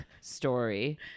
story